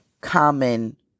common